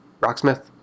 Rocksmith